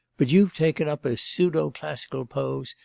but you've taken up a pseudo-classical pose,